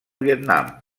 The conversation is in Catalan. vietnam